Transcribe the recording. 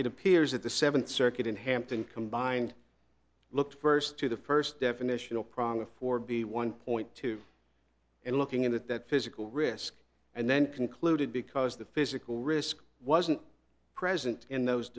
it appears that the seventh circuit in hampton combined look first to the first definitional promise for b one point two and looking in that that physical risk and then concluded because the physical risk wasn't present in those